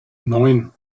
neun